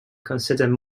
considered